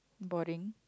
boring